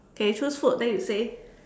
okay choose food then you say